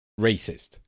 racist